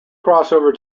crossover